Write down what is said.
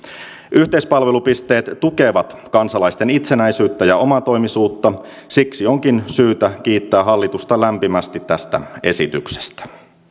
yhteispalvelupisteet tukevat kansalaisten itsenäisyyttä ja omatoimisuutta siksi onkin syytä kiittää hallitusta lämpimästi tästä esityksestä